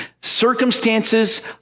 circumstances